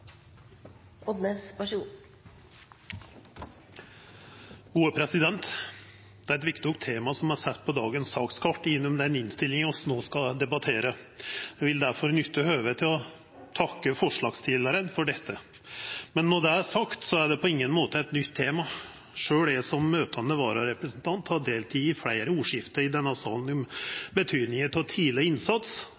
viktig tema som er sett på dagens sakskart gjennom den innstillinga vi no skal debattera. Eg vil difor nytta høvet til å takka forslagsstillaren. Men når det er sagt, er det på ingen måte eit nytt tema. Sjølv eg som møtande vararepresentant har delteke i fleire ordskifte i denne salen om betydninga av tidleg innsats